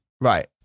Right